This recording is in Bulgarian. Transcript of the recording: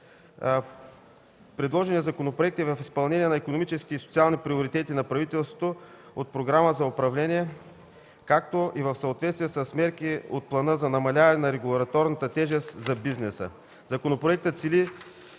Предложеният законопроект е в изпълнение на икономическите и социални приоритети на правителството от Програма за управление, както и в съответствие с мерки от Плана за намаляване на регулаторната тежест за бизнеса. Законопроектът цели